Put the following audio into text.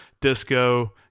Disco